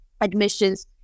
admissions